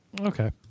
Okay